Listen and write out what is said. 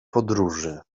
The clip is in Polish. podróży